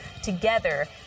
Together